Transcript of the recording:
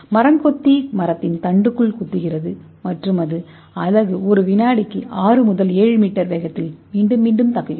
மரச்செக்கு மரத்தின் தண்டுக்குள் வீசுகிறது மற்றும் அதன் கொக்கு ஒரு வினாடிக்கு ஆறு முதல் ஏழு மீட்டர் வேகத்தில் மீண்டும் மீண்டும் தாக்குகிறது